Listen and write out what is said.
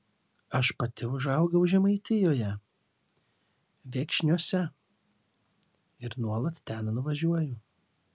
aš pati užaugau žemaitijoje viekšniuose ir nuolat ten nuvažiuoju